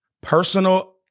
personal